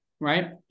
Right